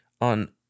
on